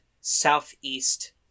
southeast